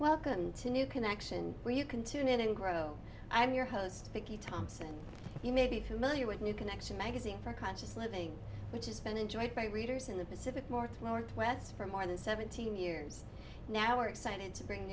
welcome to new connection where you can tune in and grow i am your host vicky thompson you may be familiar with new connection magazine for conscious living which is then enjoyed by readers in the pacific northwest west for more than seventeen years now we're excited to bring